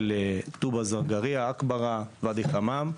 של טובא זנגריה עכברה ואדי חמאם.